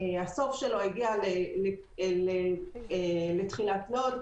סופו של קו המטרו לתחילת לוד.